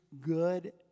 good